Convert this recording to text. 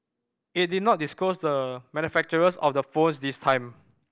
it did not disclose the manufacturers of the phones this time